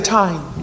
time